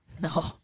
No